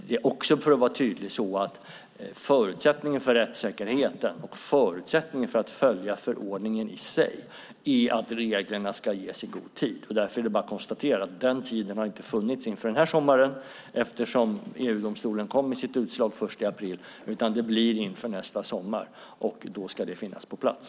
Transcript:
Det är också så, för att vara tydlig, att förutsättningen för rättssäkerheten och förutsättningen för att följa förordningen i sig är att reglerna ska ges i god tid. Det är bara att konstatera att den tiden inte har funnits inför den här sommaren, eftersom EU-domstolen kom med sitt utslag först i april, utan det blir inför nästa sommar. Då ska reglerna finnas på plats.